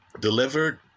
delivered